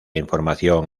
información